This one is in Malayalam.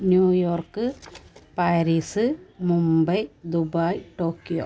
New York Paris Mumbai Dubai Tokyo